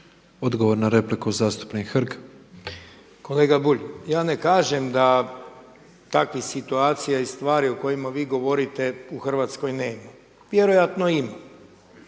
Odgovor na repliku zastupnik Hrg. **Hrg, Branko (HDS)** Kolega Bulj, ja ne kažem da takvih situacija i stvari o kojima vi govorite u Hrvatskoj nema, vjerojatno ima.